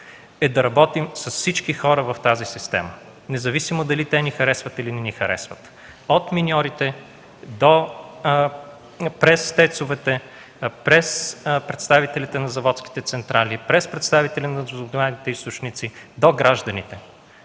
е да работим с всички хора в тази система, независимо дали те ни харесват, или не ни харесват – от миньорите, през ТЕЦ-овете, през представителите на заводските централи, през представителите на възобновяемите източници, до гражданите